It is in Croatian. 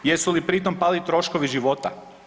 Jesu li pritom pali troškovi života?